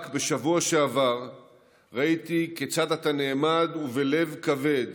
רק בשבוע שעבר ראיתי כיצד אתה נעמד ובלב כבד